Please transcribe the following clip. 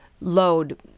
load